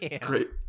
great